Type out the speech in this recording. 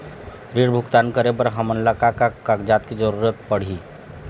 ऋण भुगतान करे बर हमन ला का का कागजात के जरूरत पड़ही?